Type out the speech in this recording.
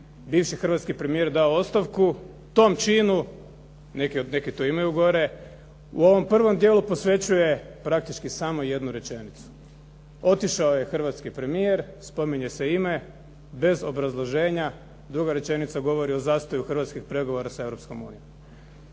bivši hrvatski premijer dao ostavku tom činu, neki to imaju gore, u ovom prvom dijelu posvećuje praktički samo jednu rečenicu "Otišao je hrvatski premijer" spominje se ime, bez obrazloženja. Druga rečenica govori o zastoji hrvatskih pregovora sa